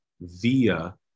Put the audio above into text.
via